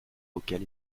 auxquels